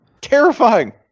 Terrifying